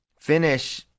finish